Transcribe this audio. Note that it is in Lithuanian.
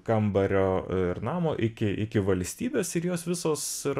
kambario ir namo iki iki valstybės ir jos visos ir